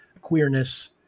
queerness